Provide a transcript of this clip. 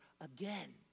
again